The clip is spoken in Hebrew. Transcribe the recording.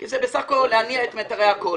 זה בסך הכול להניע את מיתרי הקול.